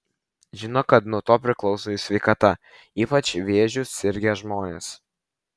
žino kad nuo to priklauso jų sveikata ypač vėžiu sirgę žmonės